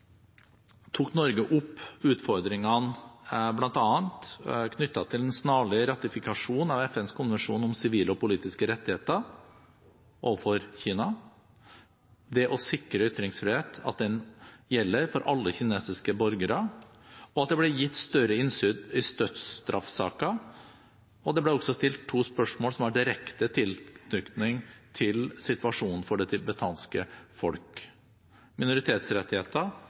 tok Norge opp utfordringene bl.a. knyttet til en snarlig ratifikasjon av FNs konvensjon om sivile og politiske rettigheter overfor Kina – det å sikre at ytringsfriheten gjelder for alle kinesiske borgere, og at det blir gitt større innsyn i dødsstraffesaker – og det ble også stilt to spørsmål som har direkte tilknytning til situasjonen for det tibetanske folk, om minoritetsrettigheter